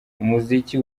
umuziki